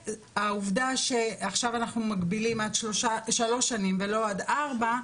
והעובדה שעכשיו אנחנו מגבילים עד שלוש שנים ולא עד ארבע שנים,